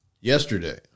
Yesterday